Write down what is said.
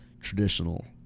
Traditional